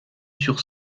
sur